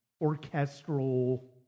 orchestral